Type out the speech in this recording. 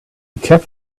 kept